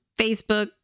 Facebook